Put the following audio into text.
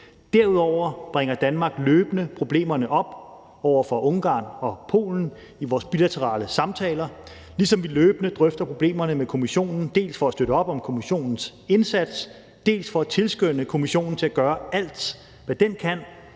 derudover bringer Danmark løbende problemerne op over for Ungarn og Polen i vores bilaterale samtaler, ligesom vi løbende drøfter problemerne med Kommissionen, dels for at støtte op om Kommissionens indsats, dels for at tilskynde Kommissionen til at gøre alt, hvad den kan,